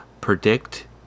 predict